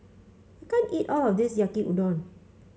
I can't eat all of this Yaki Udon